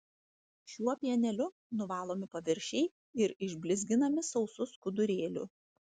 šiuo pieneliu nuvalomi paviršiai ir išblizginami sausu skudurėliu